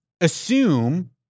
assume